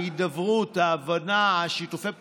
ההידברות, ההבנה, שיתופי הפעולה,